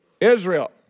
Israel